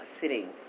sitting